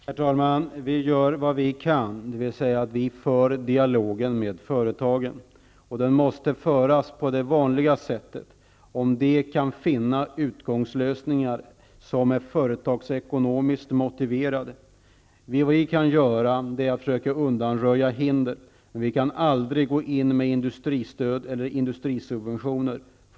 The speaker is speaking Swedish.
Herr talman! Vi gör vad vi kan. Vi för dialogen med företagen -- den måste föras på det vanliga sättet -- om de kan finna lösningar som är företagsekonomiskt motiverade. Vi kan försöka undanröja hinder, men vi kan aldrig gå in med industristöd eller industrisubventioner.